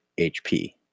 HP